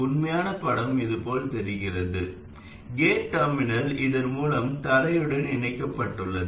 உண்மையான படம் இதுபோல் தெரிகிறது கேட் டெர்மினல் இதன் மூலம் தரையுடன் இணைக்கப்பட்டுள்ளது